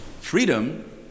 Freedom